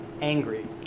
angry